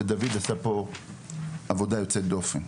ודוד עשה פה עבודה יוצאת דופן.